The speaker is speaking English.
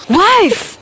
wife